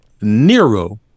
nero